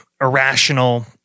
irrational